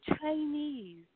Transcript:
Chinese